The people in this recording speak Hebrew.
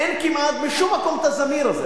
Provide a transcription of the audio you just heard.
אין כמעט בשום מקום "זמיר" כזה,